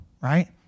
right